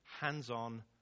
hands-on